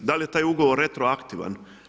Da li je taj ugovor retroaktivan?